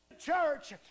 church